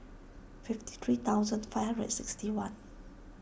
fifty three thousand five hundred and sixty one